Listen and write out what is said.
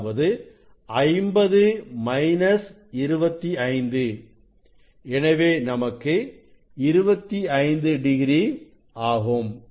அதாவது 50 மைனஸ் 25 எனவே நமக்கு 25 டிகிரி ஆகும்